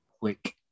quick